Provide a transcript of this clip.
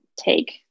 take